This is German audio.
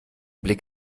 blick